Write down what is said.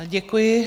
Děkuji.